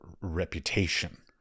reputation